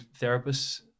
therapists